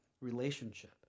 relationship